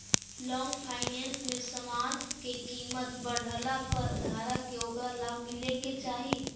long finance में समान के कीमत बढ़ला पर धारक के ओकरा लाभ मिले के चाही